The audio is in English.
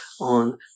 on